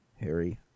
Harry